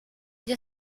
gli